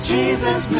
Jesus